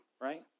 Right